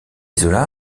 zola